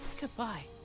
Goodbye